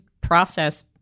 process